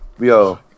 Yo